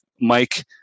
Mike